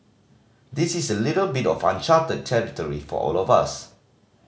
this is a little bit of uncharted territory for all of us